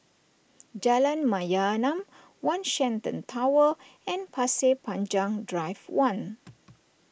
Jalan Mayaanam one Shenton Tower and Pasir Panjang Drive one